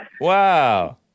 Wow